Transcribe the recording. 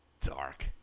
Dark